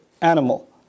animal